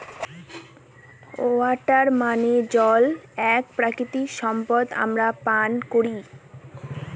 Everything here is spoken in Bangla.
ওয়াটার মানে জল এক প্রাকৃতিক সম্পদ আমরা পান করি